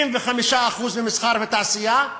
75% ממסחר ותעשייה,